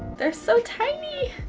they're so tiny!